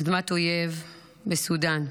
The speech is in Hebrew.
אדמת אויב בסודאן.